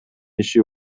иши